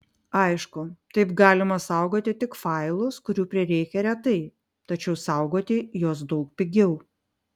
aišku taip galima saugoti tik failus kurių prireikia retai tačiau saugoti juos daug pigiau